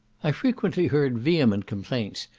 i frequently heard vehement complaints,